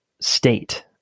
state